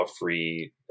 free